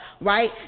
right